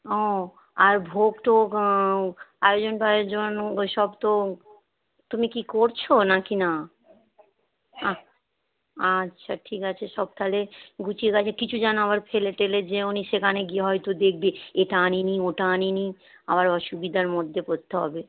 ও আর ভোগ টোগ আয়োজন ফায়োজন ওই সব তো তুমি কি করছ না কি না আহ আচ্ছা ঠিক আছে সব তাহলে গুছিয়ে গাচিয়ে কিছু যেন আবার ফেলে টেলে যেও না সেখানে গিয়ে হয়তো দেখবে এটা আনিনি ওটা আনিনি আবার অসুবিধার মধ্যে পড়তে হবে